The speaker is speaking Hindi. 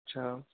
अच्छा